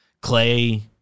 Clay